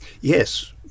Yes